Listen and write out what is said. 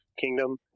Kingdom